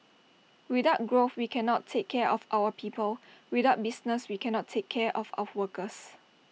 without growth we cannot take care of our people without business we cannot take care of our workers